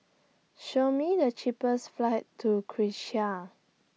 Show Me The cheapest flights to Czechia